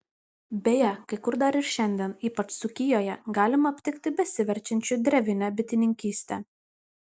beje kai kur dar ir šiandien ypač dzūkijoje galima aptikti besiverčiančių drevine bitininkyste